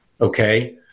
Okay